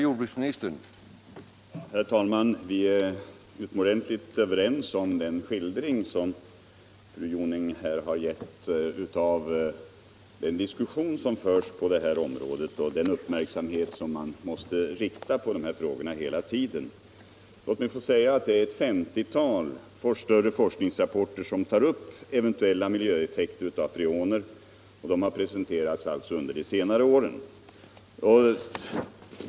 Herr talman! Vi är utomordentligt överens om den skildring som fru Joniing här har gett av den diskussion som förs på området och om den uppmärksamhet som man hela tiden mäste rikta på dessa frågor. Låt mig få säga att det är ett femtiotal större förskningsrapporter över eventuella miljöeffekter av freoner som har presenterats under de senaste åren.